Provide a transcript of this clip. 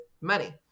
money